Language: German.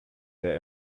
der